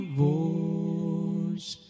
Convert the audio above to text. voice